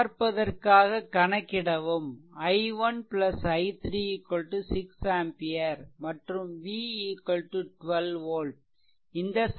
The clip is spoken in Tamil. சரிபார்ப்பதற்காக கணக்கிடவும் i1 i3 6 ampere மற்றும் v 12 volt